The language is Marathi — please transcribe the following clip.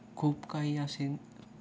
खूप काही असेन